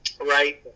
Right